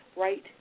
right